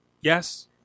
Yes